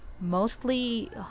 mostly